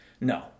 No